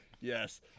Yes